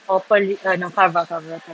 or pearli~ eh no karva karva karv~